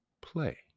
play